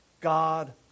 God